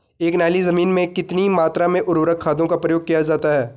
एक नाली जमीन में कितनी मात्रा में उर्वरक खादों का प्रयोग किया जाता है?